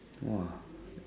!wah!